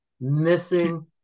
missing